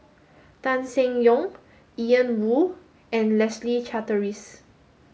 Tan Seng Yong Ian Woo and Leslie Charteris